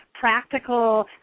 practical